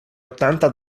ottanta